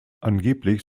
angeblich